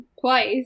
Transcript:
twice